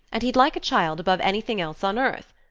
and he'd like a child above anything else on earth.